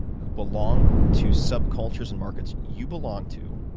who belong to subcultures and markets you belong to,